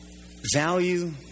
value